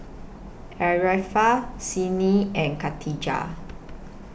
Arifa Senin and Khatijah